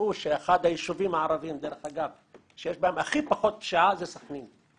תראו שאחד היישובים הערבים שיש בהם הכי פחות פשיעה זה סכנין,